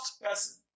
person